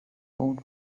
old